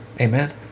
Amen